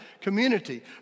community